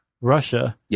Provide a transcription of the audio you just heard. Russia